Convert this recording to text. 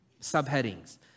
subheadings